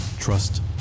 trust